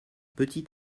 petit